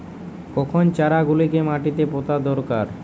কখন চারা গুলিকে মাটিতে পোঁতা দরকার?